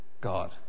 God